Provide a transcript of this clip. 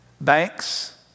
Banks